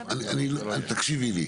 לא, לא, אני לא, תקשיבי לי.